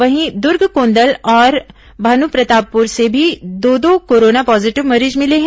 वहीं दुर्गकोंदल और भानुप्रतापपुर से भी दो दो कोरोना पॉजीटिव मरीज मिले हैं